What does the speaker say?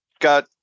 got